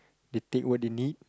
they take what they need